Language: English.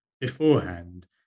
beforehand